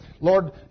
Lord